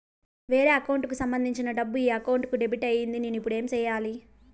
వేరే అకౌంట్ కు సంబంధించిన డబ్బు ఈ అకౌంట్ కు డెబిట్ అయింది నేను ఇప్పుడు ఏమి సేయాలి